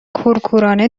کورکورانه